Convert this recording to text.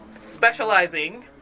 specializing